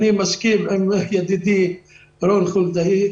אני מסכים עם ידידי רון חולדאי,